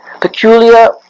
peculiar